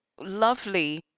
lovely